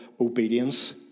obedience